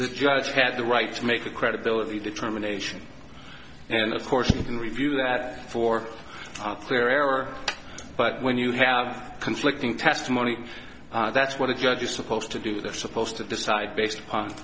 the judge has the right to make the credibility determination and of course you can review that for clear error but when you have conflicting testimony that's what a judge is supposed to do they're supposed to decide based upon